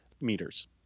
meters